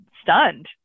stunned